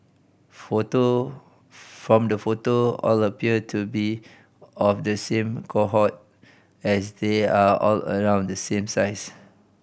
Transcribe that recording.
photo from the photo all appear to be of the same cohort as they are all around the same size